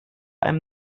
einem